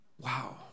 Wow